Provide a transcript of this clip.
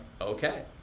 okay